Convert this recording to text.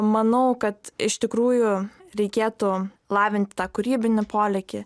manau kad iš tikrųjų reikėtų lavint kūrybinį polėkį